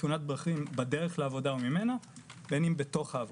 הן בדרך לעבודה או ממנה והן בתוך העבודה,